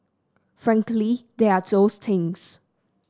frankly there are those things